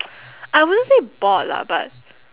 I wouldn't say bored lah but